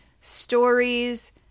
stories